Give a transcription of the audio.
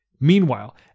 Meanwhile